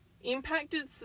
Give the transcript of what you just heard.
impacted